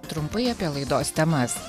trumpai apie laidos temas